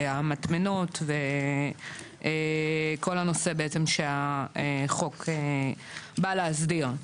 המטמנות וכל הנושא בעצם שהחוק בא להסדיר.